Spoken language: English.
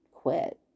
quit